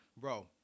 Bro